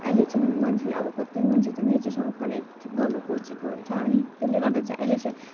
अहिले चाहिँ मान्छे अब कति मान्छेहरू नेचरसँग कनेक्ट गर्न खोजेको हुन्छ अनि त्यसले गर्दा चाहिँ अहिले चाहिँ